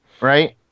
Right